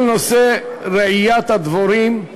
כל נושא רעיית הדבורים,